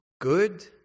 good